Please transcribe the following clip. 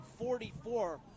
44